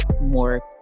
more